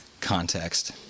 context